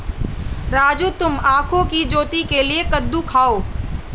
राजू तुम आंखों की ज्योति के लिए कद्दू खाओ